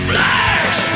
Flash